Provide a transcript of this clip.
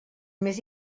més